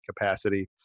capacity